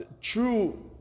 True